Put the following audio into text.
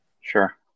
Sure